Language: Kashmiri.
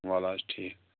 وَلہٕ حظ ٹھیٖک